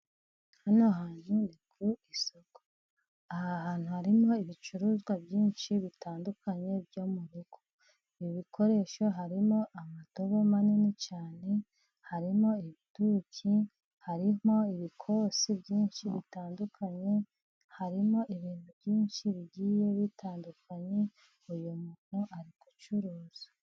Hano hantu ni ku isoko, aha hantu harimo ibicuruzwa byinshi bitandukanye, byo mu rugo, ibi bikoresho harimo amadobo manini cyane, harimo ibiduki, harimo ibikosi byinshi bitandukanye, harimo ibintu byinshi bigiye bitandukanye, uyu muntu ari guruza.